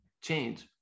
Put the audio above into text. change